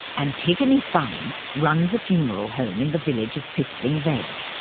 antigone funn runs a funeral home in the village of piffling vale.